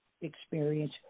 experience